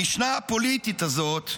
המשנה הפוליטית הזאת,